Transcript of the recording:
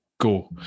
go